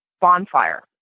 Bonfire